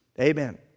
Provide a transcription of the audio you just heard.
Amen